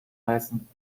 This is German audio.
heißen